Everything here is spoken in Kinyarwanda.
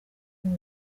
kuri